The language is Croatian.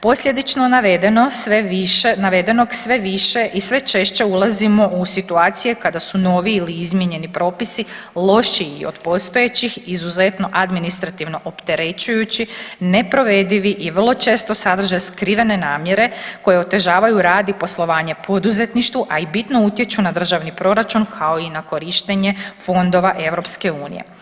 Posljedično navedenog sve više i sve češće ulazimo u situacije kada su novi ili izmijenjeni propisi lošiji od postojećih izuzetno administrativno opterećujući, neprovedivi i vrlo često sadrže skrivene namjere koje otežavaju rad i poslovanje poduzetništvu, a i bitno utječu na državni proračun kao i na korištenje fondova EU.